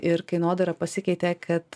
ir kainodara pasikeitė kad